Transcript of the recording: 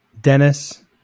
Dennis